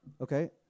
Okay